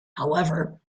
however